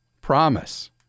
promise